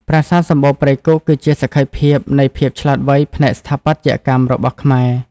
ប្រាសាទសំបូរព្រៃគុក គឺជាសក្ខីភាពនៃភាពឆ្លាតវៃផ្នែកស្ថាបត្យកម្មរបស់ខ្មែរ។